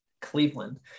Cleveland